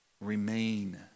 Remain